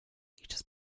just